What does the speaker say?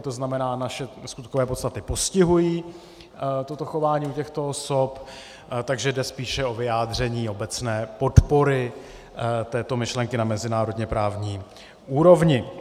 To znamená, naše skutkové podstaty postihují toto chování těchto osob, takže jde spíše o vyjádření obecné podpory této myšlenky na mezinárodněprávní úrovni.